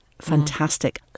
fantastic